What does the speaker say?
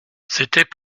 c’était